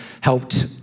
helped